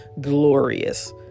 glorious